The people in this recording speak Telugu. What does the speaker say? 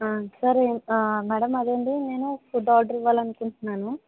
సార్ మేడం అదేండి నేను ఫుడ్ ఆర్డర్ ఇవ్వాలనుకుంట్నాను